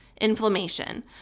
inflammation